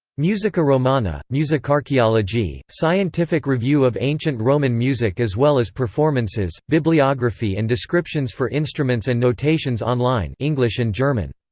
musica romana, musicarchaeology, scientific review of ancient roman music as well as performances, bibliography and descriptions for instruments and notations online english and german.